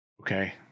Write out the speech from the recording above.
Okay